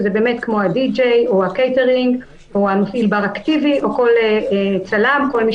זה כמו תקליטן או קייטרינג או מפעיל בר אקטיבי או צלם וכו'.